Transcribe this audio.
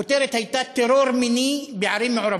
הכותרת הייתה: טרור מיני בערים מעורבות.